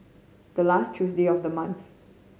the last Tuesday of the month